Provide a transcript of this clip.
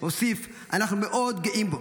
הוסיף: אנחנו מאוד גאים בו.